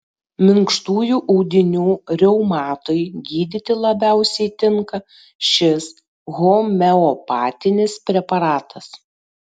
minkštųjų audinių reumatui gydyti labiausiai tinka šis homeopatinis preparatas